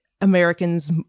Americans